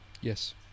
Yes